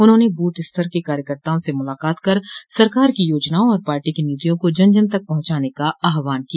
उन्होंने बूथ स्तर के कार्यकर्ताओं से मुलाकात कर सरकार की योजनाओं और पार्टी की नीतियों को जन जन तक पहुंचाने का आहवान किया